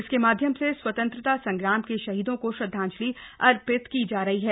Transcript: इसके माध्यम से स्वतंत्रता संग्राम के शहीदों को श्रद्धांजलि अर्पित की जा रही है